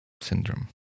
syndrome